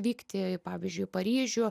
vykti pavyzdžiui į paryžių